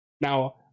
Now